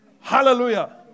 Hallelujah